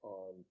on